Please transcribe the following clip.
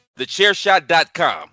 TheChairShot.com